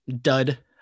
dud